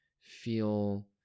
feel